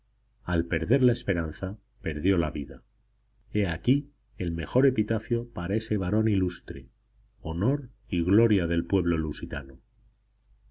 al perder la esperanza perdió la vida he aquí el mejor epitafio para ese varón ilustre honor y gloria del pueblo lusitano